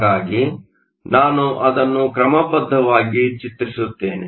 ಹಾಗಾಗಿ ನಾನು ಅದನ್ನು ಕ್ರಮಬದ್ಧವಾಗಿ ಚಿತ್ರಿಸುತ್ತೇನೆ